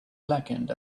blackened